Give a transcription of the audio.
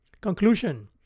Conclusion